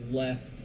less